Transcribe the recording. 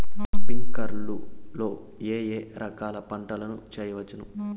స్ప్రింక్లర్లు లో ఏ ఏ రకాల పంటల ను చేయవచ్చును?